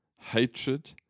hatred